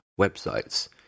websites